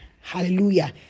Hallelujah